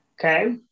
Okay